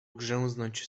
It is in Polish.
grzęznąć